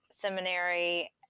Seminary